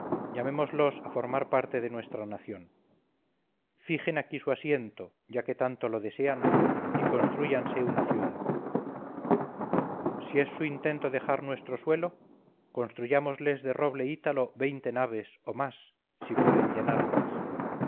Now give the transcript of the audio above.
llamémoslos a formar parte de nuestra nación fijen aquí su asiento ya que tanto lo desean y constrúyanse una ciudad si es su intento dejar nuestro suelo cosntruyámosles de roble ítalo veinte naves o más si pueden llenarlas